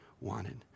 wanted